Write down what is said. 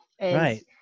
Right